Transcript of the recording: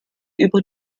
über